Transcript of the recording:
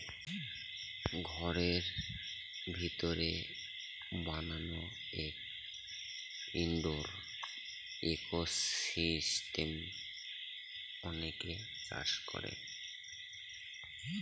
ঘরের ভিতরে বানানো এক ইনডোর ইকোসিস্টেম অনেকে চাষ করে